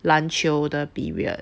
篮球的 period